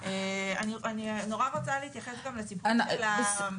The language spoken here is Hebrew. אני גם רוצה להתייחס לסיפור של --- בסדר,